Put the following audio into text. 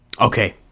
Okay